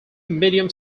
medium